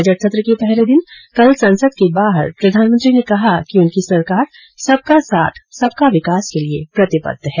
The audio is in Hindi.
बजट सत्र के पहले दिन कल संसद के बाहर प्रधानमंत्री ने कहा कि उनकी सरकार सबका साथ सबका विकास के लिए प्रतिबद्ध है